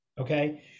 Okay